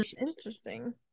interesting